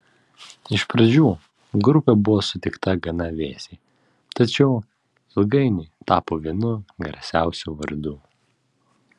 iš pradžių grupė buvo sutikta gana vėsiai tačiau ilgainiui tapo vienu garsiausių vardų